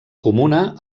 comuna